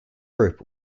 group